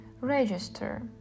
Register